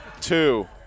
two